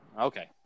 Okay